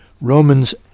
Romans